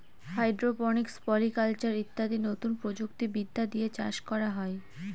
hydroponics, polyculture ইত্যাদি নতুন প্রযুক্তি বিদ্যা দিয়ে চাষ করা হয়